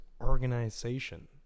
organization